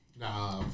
Nah